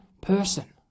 person